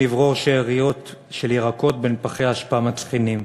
לברור שאריות של ירקות בין פחי אשפה מצחינים.